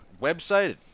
website